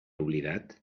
oblidat